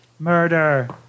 Murder